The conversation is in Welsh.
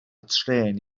trên